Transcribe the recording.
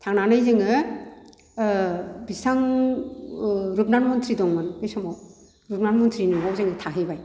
थांनानै जोङो बिथां रुपनाथ मन्थ्रि दंमोन बे समाव रुपनाथ मन्थ्रिनि न'आव जों थाहैबाय